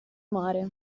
mare